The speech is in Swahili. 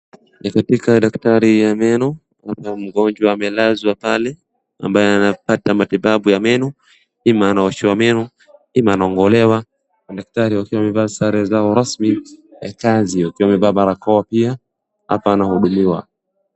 Ni katika daktari ya meno, labda mgonjwa amelazwa pale ambaye anapata matibabu ya meno. ima anaoshwa meno, ima anang'olewa. Madakatari wakiwa wamevaa sare zao rasmi ya kazi wakiwa wamevaa barakoa pia. Hapa anahudumiwa.